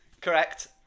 Correct